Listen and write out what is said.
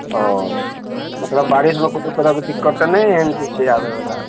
ओ मतलब बारिस मऽ कोनो तरहके दिक्कत तऽ एहन नै होइ छै आबै वाला